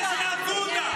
חבר הכנסת כץ, קריאה ראשונה.